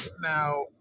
Now